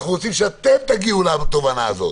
אנחנו רוצים שאתם תגיעו לתובנה הזאת.